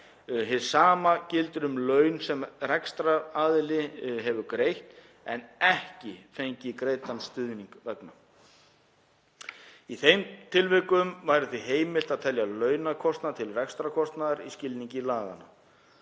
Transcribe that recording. Hið sama gildir um laun sem rekstraraðili hefur greitt en ekki fengið greiddan stuðning vegna. Í þeim tilvikum væri því heimilt að telja launakostnað til rekstrarkostnaðar í skilningi laganna.